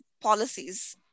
policies